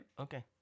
Okay